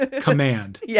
command